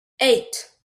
eight